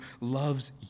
loves